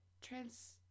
trans